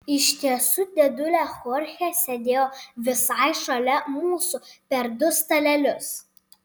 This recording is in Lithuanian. iš tiesų dėdulė chorchė sėdėjo visai šalia mūsų per du stalelius